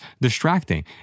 distracting